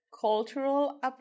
cultural